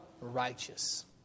righteous